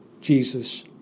Jesus